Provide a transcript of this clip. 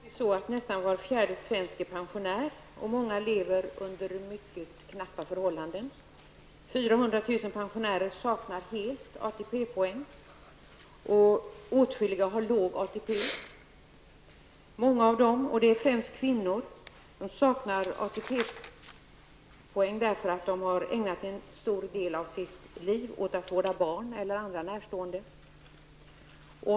Herr talman! Nästan var fjärde svensk är pensionär, och många lever under mycket knappa förhållanden. 400 000 pensionärer saknar helt ATP-poäng, och åtskilliga har låg ATP. Många av dem, och det är främst kvinnor, saknar ATP-poäng därför att de har ägnat en stor del av sitt liv åt att vårda barn eller andra närstående.